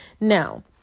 Now